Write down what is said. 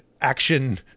action